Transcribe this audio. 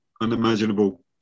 unimaginable